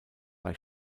bei